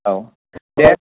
औ दे